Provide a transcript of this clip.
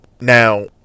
Now